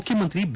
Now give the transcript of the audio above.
ಮುಖ್ಯಮಂತ್ರಿ ಬಿ